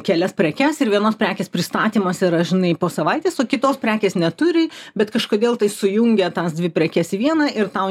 kelias prekes ir vienos prekės pristatymas yra žinai po savaitės o kitos prekės neturi bet kažkodėl tai sujungia tas dvi prekes į vieną ir tau